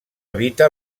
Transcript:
evita